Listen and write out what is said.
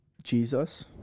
Jesus